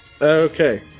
okay